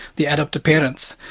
the adoptive parents,